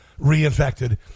reinfected